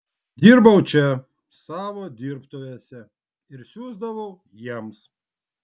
dirbau čia savo dirbtuvėse ir siųsdavau jiems